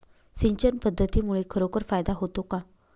सिंचन पद्धतीमुळे खरोखर फायदा होतो का?